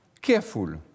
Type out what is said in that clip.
careful